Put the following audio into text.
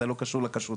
זה לא קשור לכשרות.